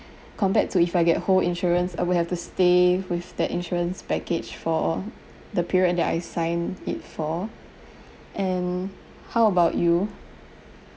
compared to if I get whole insurance I will have to stay with that insurance package for the period that I signed it for and how about you